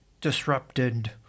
disrupted